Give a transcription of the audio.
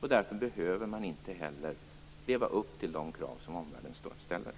och därför behöver man inte leva upp till de krav omvärlden ställer.